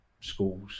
schools